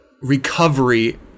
recovery